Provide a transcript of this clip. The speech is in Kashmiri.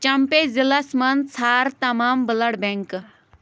چَمپے ضِلعس منٛز ژھار تمام بٕلَڈ بٮ۪نٛک